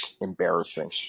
embarrassing